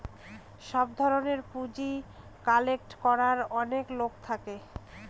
সব ধরনের পুঁজি কালেক্ট করার অনেক লোক থাকে